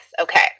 Okay